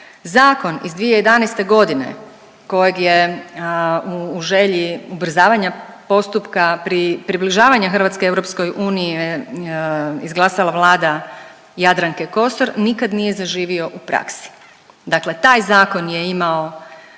Zakon iz 2011.g. kojeg je u želji ubrzavanja postupka, pri…, približavanja Hrvatske EU izglasala Vlada Jadranke Kosor, nikad nije zaživio u praksi. Dakle taj zakon je imao